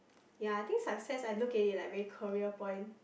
ya I think success I look at it like very career point